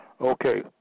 Okay